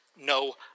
no